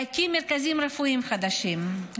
להקים מרכזים רפואיים חדשים,